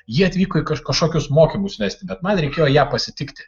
ji atvyko į kažkokius mokymus nes bet man reikėjo ją pasitikti